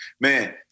man